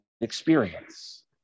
experience